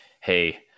hey